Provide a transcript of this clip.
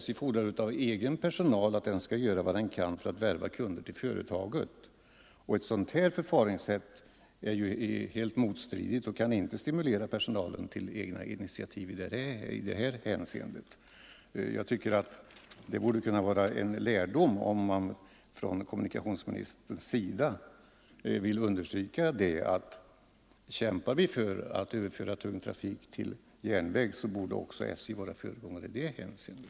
SJ fordrar av sin egen personal att den skall göra vad den kan för att värva kunder till företaget, men ett sådant här förfaringssätt strider helt mot dessa intentioner och kan inte stimulera personalen till egna initiativ i det hänseendet. Det skulle kunna bli en lärdom för SJ, om kommunikationsministern vill understryka, att om vi skall kämpa för att överföra tung trafik till järnvägen, så bör SJ vara en föregångare i det hänseendet.